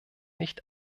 nicht